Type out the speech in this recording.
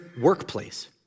workplace